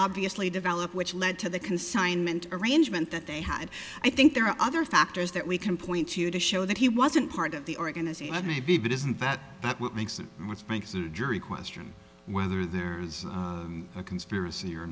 obviously developed which led to the consignment arrangement that they had i think there are other factors that we can point to to show that he wasn't part of the organization maybe but isn't that what makes it with banks or jury question whether there's a conspiracy or